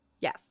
Yes